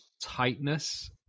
tightness